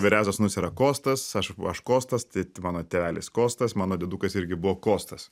vyriausias sūnus yra kostas aš kostas tai mano tėvelis kostas mano diedukas irgi buvo kostas